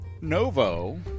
Novo